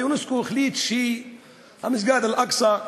אונסק"ו החליט שמסגד אל-אקצא,